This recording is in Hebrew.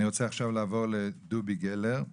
אני רוצה לעבור עכשיו לדובי גלר,